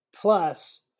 Plus